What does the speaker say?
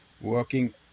working